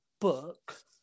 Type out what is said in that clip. book